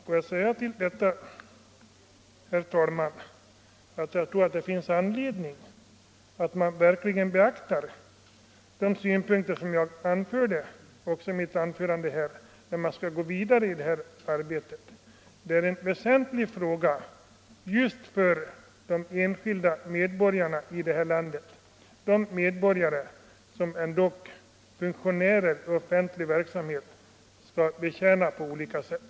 Får jag till detta säga, herr talman, att jag tror det finns anledning att verkligen beakta de synpunkter som jag framförde redan i mitt tidigare anförande när man nu skall gå vidare i detta arbete. Det är en väsentlig fråga just för de enskilda människorna i vårt land, de medborgare som ändå funktionärer i offentlig tjänst skall tjäna på olika sätt.